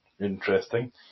Interesting